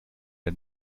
der